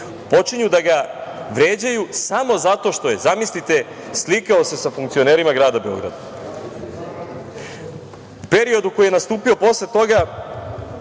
Počinju da ga vređaju samo zato što je, zamislite, slikao se sa funkcionerima grada Beograd. U periodu koji je nastupio posle toga